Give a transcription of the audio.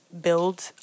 build